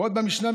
ועוד במשנה,